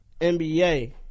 NBA